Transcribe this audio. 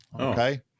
Okay